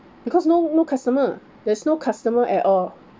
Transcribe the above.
because no no customer there's no customer at all